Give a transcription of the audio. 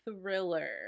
thriller